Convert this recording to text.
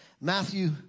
Matthew